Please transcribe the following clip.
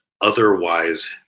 otherwise